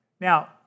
Now